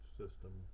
system